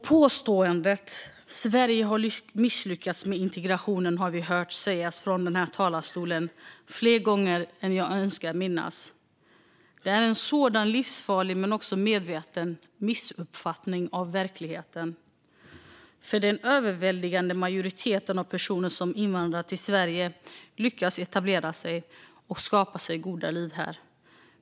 Påståendet att Sverige har misslyckats med integrationen har vi hört från den här talarstolen fler gånger än jag önskar minnas. Det är en sådan livsfarlig men också medveten missuppfattning av verkligheten, för den överväldigande majoriteten av personer som invandrar till Sverige lyckas etablera sig och skapa sig goda liv här.